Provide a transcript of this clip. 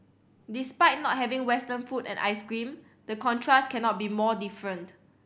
despite not having Western food and ice cream the contrast cannot be more different